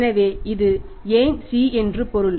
எனவே இது ஏன் C என்று பொருள்